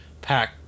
pack